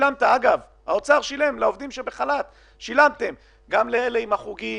האוצר שילם לעובדים שבחל"ת גם לאלה עם החוגים,